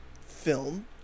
film